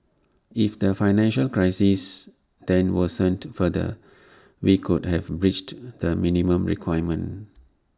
if the financial crisis then worsened further we could have breached the minimum requirement